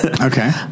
Okay